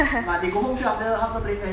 but you go home play after after playing tennis